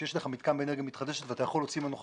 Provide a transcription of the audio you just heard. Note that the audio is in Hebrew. כשיש לך מתקן באנרגיה מתחדשת ואתה יכול להוציא ממנו חשמל,